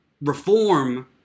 reform